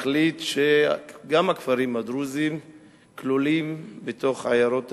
מחליט שגם הכפרים הדרוזיים כלולים בתוך עיירות הפיתוח.